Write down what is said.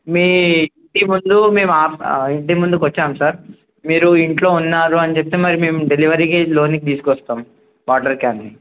మీ ఇంటి ముందు మేము ఆఫ ఇంటి ముందు వచ్చాము సార్ మీరు ఇంట్లో ఉన్నారు అని చెప్తే మరి మేము డెలివరీకి లోనికి తీసుకొస్తాం వాటర్ క్యాన్